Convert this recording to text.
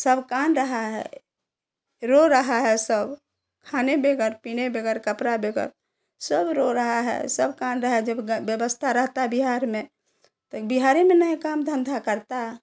सब काँन रहा हैं रो रहा है सब खाने बैगर पीने बैगर कपड़ा बैगर सब रो रहा है सब काँन रहा है जब व्यवस्था रहता है बिहार में तो बिहार ही में नहीं काम धंधा करता